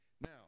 Now